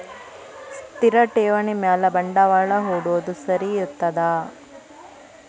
ಸ್ಥಿರ ಠೇವಣಿ ಮ್ಯಾಲೆ ಬಂಡವಾಳಾ ಹೂಡೋದು ಸರಿ ಇರ್ತದಾ?